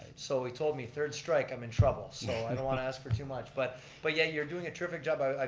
so he told me third strike i'm in trouble, so i don't want to ask for too much. but but yet you're doing a terrific job. ah